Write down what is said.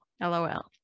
LOL